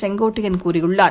செங்கோட்டையன் கூறியுள்ளார்